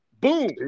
boom